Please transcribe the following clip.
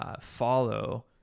Follow